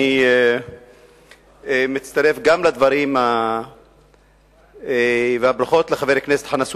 אני מצטרף גם לדברים ולברכות לחבר הכנסת חנא סוייד.